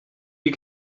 you